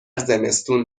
زمستون